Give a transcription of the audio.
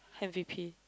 M_V_P